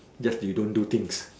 yes you don't do things